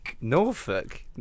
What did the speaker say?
norfolk